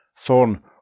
Thorn